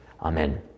Amen